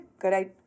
good